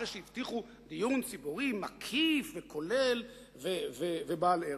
אחרי שהבטיחו דיון ציבורי מקיף וכולל ובעל ערך.